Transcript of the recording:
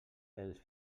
els